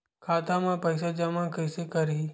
खाता म पईसा जमा कइसे करही?